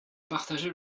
partager